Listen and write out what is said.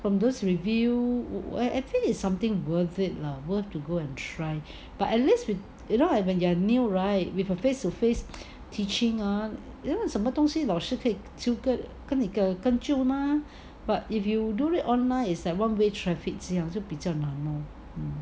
from those review I feel is something worth it lah worth to go and try but at least you know if you are new right with a face to face teaching ah you know 什么东西老师都可以就可以跟你拯救 mah but if you do it online is like one way traffic 就比较